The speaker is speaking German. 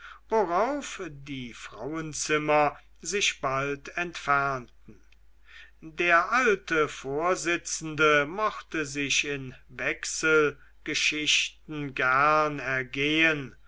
worauf die frauenzimmer sich bald entfernten der alte vorsitzende mochte sich in wechselgeschichten gern ergehen